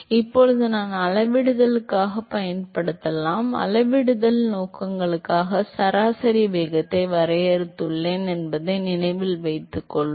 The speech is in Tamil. எனவே இப்போது நான் அதை அளவிடுதலாகப் பயன்படுத்தலாம் அளவிடுதல் நோக்கங்களுக்காக சராசரி வேகத்தை வரையறுத்துள்ளோம் என்பதை நினைவில் கொள்க